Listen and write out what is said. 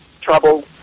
trouble